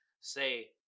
Say